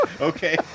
Okay